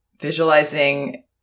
visualizing